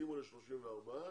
תסכימו ל-34,